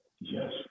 Yes